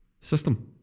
system